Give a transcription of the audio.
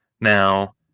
Now